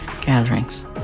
gatherings